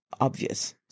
obvious